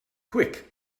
quick